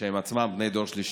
שהם בעצמם בני דור שלישי.